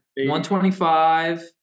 125